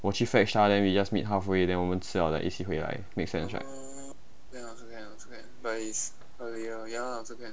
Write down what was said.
我去 fetch 她 then we just meet halfway then 我们吃 liao 才一起回来 makes sense right